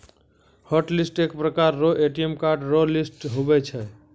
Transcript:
hotlist एक प्रकार रो ए.टी.एम कार्ड रो लिस्ट हुवै छै